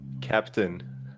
Captain